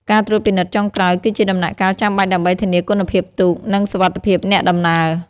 ការត្រួតពិនិត្យចុងក្រោយ គឺជាដំណាក់កាលចាំបាច់ដើម្បីធានាគុណភាពទូក និងសុវត្ថិភាពអ្នកដំណើរ។